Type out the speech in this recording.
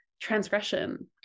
transgression